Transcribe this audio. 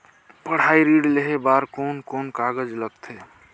पढ़ाई ऋण लेहे बार कोन कोन कागज लगथे?